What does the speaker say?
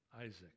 Isaac